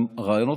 גם הרעיונות,